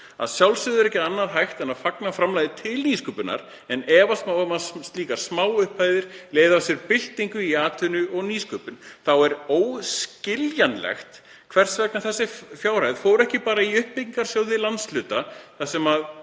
Að sjálfsögðu er ekki annað hægt en að fagna framlagi til nýsköpunar, en efast má um að slíkar smáupphæðir leiði af sér byltingu í atvinnu- og nýsköpun. Þá er óskiljanlegt hvers vegna þessi fjárhæð fór ekki bara í uppbyggingasjóði landshluta þar sem